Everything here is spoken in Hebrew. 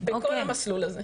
בכל המסלול הזה.